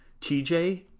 TJ